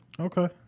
Okay